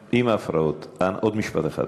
לא, עם ההפרעות, אז עוד משפט אחד.